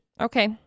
Okay